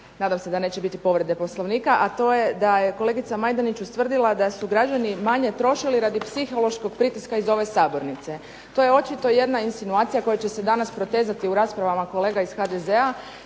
nadam se da neće biti povrede Poslovnika, a to je da je kolegica Majdenić ustvrdila da su građani manje trošili radi psihološkog pritiska iz ove sabornice. To je očito jedna insinuacija koja će se danas protezati u raspravama kolega iz HDZ-a.